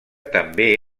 també